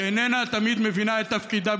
שאיננה תמיד מבינה את תפקידה.